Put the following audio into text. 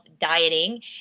dieting